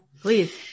Please